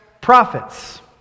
prophets